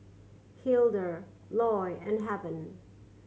Hildur Loy and Heaven